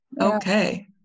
Okay